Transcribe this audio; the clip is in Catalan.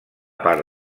part